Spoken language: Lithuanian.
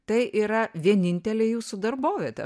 tai yra vienintelė jūsų darbovietė